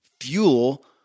fuel